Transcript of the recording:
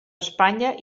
espanya